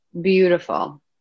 beautiful